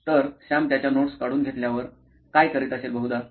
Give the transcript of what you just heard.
तर सॅम त्याच्या नोट्स काढून घेतल्यावर काय करीत असेल बहुधा